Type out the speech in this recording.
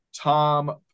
Tom